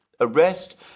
arrest